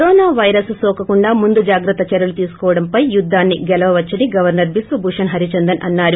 corona virus నోకకుండా ముందు జాగ్రత్త చర్వలు తీసుకోవడం పై యుద్దాన్ని గెలవచ్చని గవర్సర్ బిశ్వభూషణ్ హరిచందన్ అన్నారు